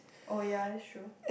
oh ya that's true